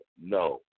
No